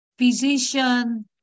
physician